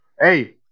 Hey